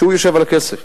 שיושב על הכסף,